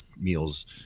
meals